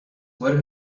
where